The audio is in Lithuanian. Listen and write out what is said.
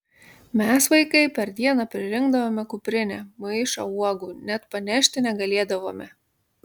mes vaikai per dieną pririnkdavome kuprinę maišą uogų net panešti negalėdavome